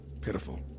Pitiful